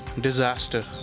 disaster